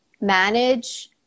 manage